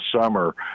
summer